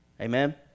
Amen